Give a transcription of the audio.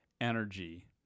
energy